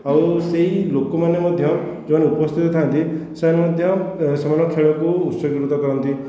ଆଉ ସେହି ଲୋକମାନେ ମଧ୍ୟ ଯେଉଁମାନେ ଉପସ୍ଥିତ ଥାନ୍ତି ସେମାନେ ମଧ୍ୟ ସେମାନଙ୍କ ଖେଳକୁ ଉତ୍ସକୃତ କରନ୍ତି